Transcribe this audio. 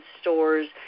stores